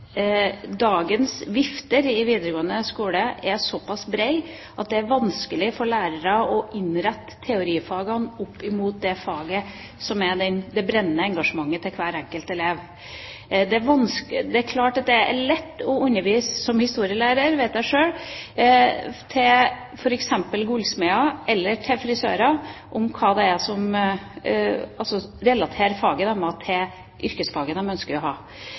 dagens «vifter» i videregående skole er såpass brede at det er vanskelig for lærere å innrette teorifagene mot det faget som utløser det brennende engasjementet til hver enkelt elev. Det er klart at det er lett å undervise i historie – det vet jeg sjøl – for f.eks. gullsmeder eller for frisører, dvs. å relatere faget til yrkesfaget deres. Problemet er når man sitter med både gullsmeder og frisører i det